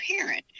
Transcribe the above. parent